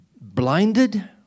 blinded